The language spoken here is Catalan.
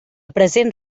present